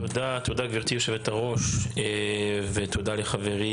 תודה גבירתי יושבת-הראש ותודה לחברי,